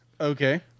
Okay